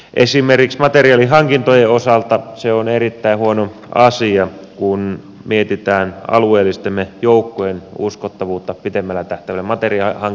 esimerkiksi materiaalihankintojen osalta se on erittäin huono asia kun mietitään alueellisten joukkojemme uskottavuutta pitemmällä tähtäimellä